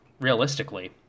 realistically